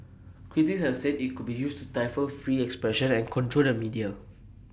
critics have said IT could be used to stifle free expression and control the media